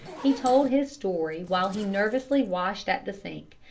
he told his story while he nervously washed at the sink,